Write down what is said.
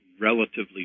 relatively